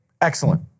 Excellent